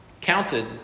counted